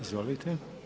Izvolite.